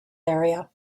area